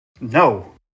No